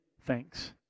thanks